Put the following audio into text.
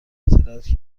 اطلاعاتی